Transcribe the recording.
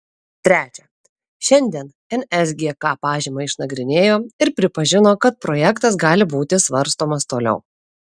trečia šiandien nsgk pažymą išnagrinėjo ir pripažino kad projektas gali būti svarstomas toliau